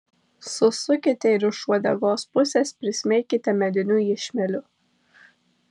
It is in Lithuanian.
susukite ir iš uodegos pusės prismeikite mediniu iešmeliu